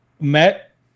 Met